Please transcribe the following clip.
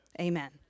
amen